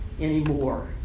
anymore